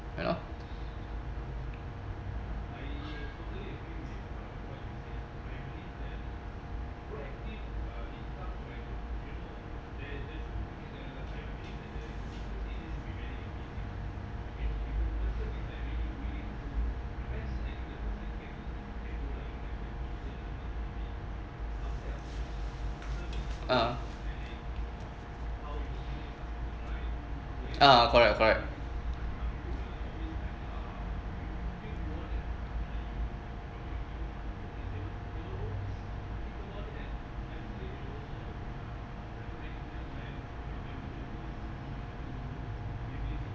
you know um uh correct correct